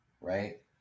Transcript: right